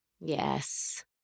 Yes